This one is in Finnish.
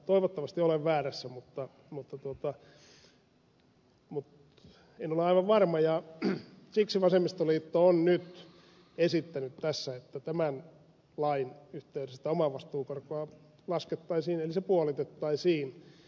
toivottavasti olen väärässä mutta en ole aivan varma ja siksi vasemmistoliitto on nyt esittänyt tässä että tämän lain yhteydessä omavastuukorkoa laskettaisiin ja se puolitettaisiin